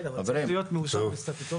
מי גבירתי?